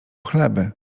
chleby